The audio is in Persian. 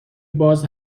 باز